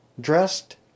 dressed